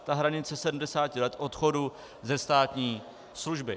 Ta hranice 70 let odchodu ze státní služby.